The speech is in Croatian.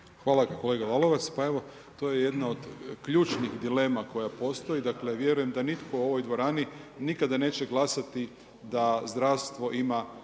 Hvala kolega Lalovac. Pa evo to je jedna od ključnih dilema koja postoj, dakle vjerujem dan nitko u ovoj dvorani nikada neće glasati da zdravstvo ima